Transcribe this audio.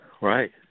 Right